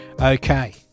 Okay